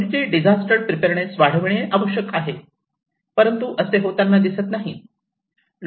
community disaster preparedness वाढविणे आवश्यक आहे परंतु असे होताना दिसत नाही